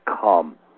come